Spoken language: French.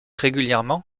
régulièrement